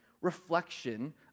reflection